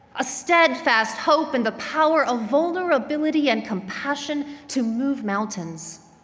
a steadfast hope in the power of vulnerability and compassion to move mountains.